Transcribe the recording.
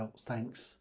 thanks